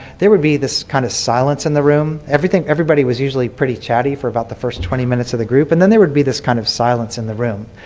there would be this kind of silence in the room. everything everybody was usually pretty chatty for about the first twenty minutes of the group and then there would be this kind of silence in the room.